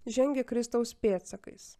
žengia kristaus pėdsakais